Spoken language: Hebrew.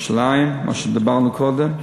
ירושלים, מה שדיברנו קודם.